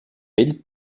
vell